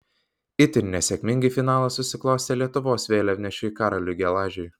itin nesėkmingai finalas susiklostė lietuvos vėliavnešiui karoliui gelažiui